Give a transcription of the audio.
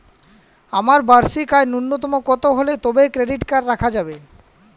আমার বার্ষিক আয় ন্যুনতম কত হলে তবেই ক্রেডিট কার্ড রাখা যাবে?